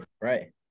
right